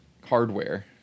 Hardware